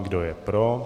Kdo je pro?